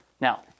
Now